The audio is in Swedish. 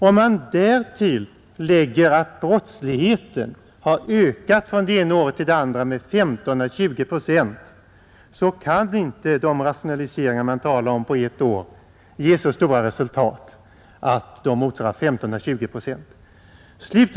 Om man därtill lägger att brottsligheten har ökat från det ena året till det andra med 15 å 20 procent, så kan inte de rationaliseringar man talar om ge så stora resultat på ett år att de motsvarar dessa 15 å 20 procent.